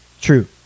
true